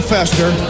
Fester